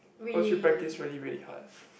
cause she practised really really hard